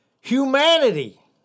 humanity